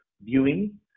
viewing